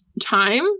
time